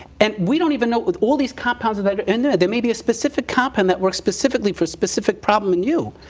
and we don't even know, with all these compounds that are in there, there may be a specific compound that works specifically for a specific problem in you.